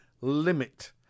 limit